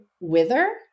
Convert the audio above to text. wither